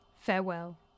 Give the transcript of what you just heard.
Farewell